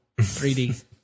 3D